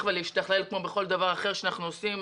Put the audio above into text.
ולהשתכלל כמו בכל דבר אחר אנחנו עושים,